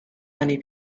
many